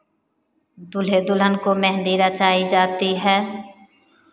दूल्हे दुल्हन को मेहंदी रचाई जाती है